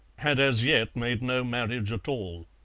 had as yet made no marriage at all.